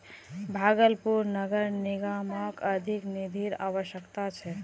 भागलपुर नगर निगमक अधिक निधिर अवश्यकता छ